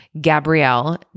Gabrielle